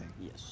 Yes